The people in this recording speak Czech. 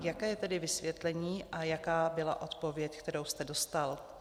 Jaké je tedy vysvětlení a jaká byla odpověď, kterou jste dostal?